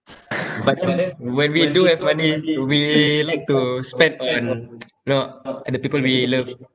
but then when we do have money we like to spend on you know at the people we love